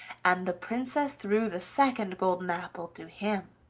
and the princess threw the second golden apple to him!